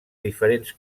diferents